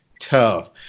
tough